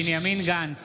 בנימין גנץ,